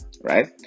right